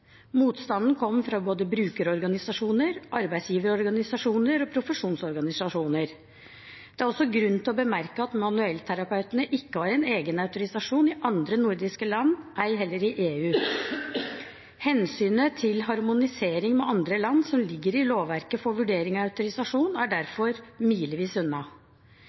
Motstanden kom fra både brukerorganisasjoner, arbeidsgiverorganisasjoner og profesjonsorganisasjoner. Det er også grunn til å bemerke at manuellterapeutene ikke har en egen autorisasjon i andre nordiske land, ei heller i EU. Harmonisering med andre land, som ligger i lovverket for vurdering av autorisasjon, er derfor milevis unna.